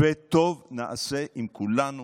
וטוב נעשה אם כולנו